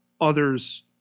Others